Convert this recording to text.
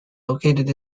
located